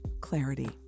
clarity